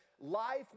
life